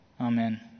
Amen